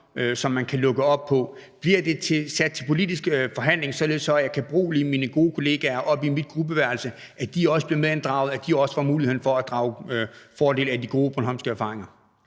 som man kan lukke op på? Bliver det sat til politisk forhandling, således at jeg kan berolige mine gode kollegaer oppe i mit gruppeværelse med, at de også bliver medinddraget, og at de også får mulighed for at drage fordel af de gode bornholmske erfaringer?